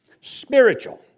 spiritual